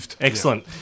Excellent